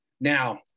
now